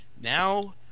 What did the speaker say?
now